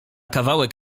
kawałek